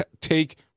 take